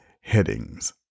headings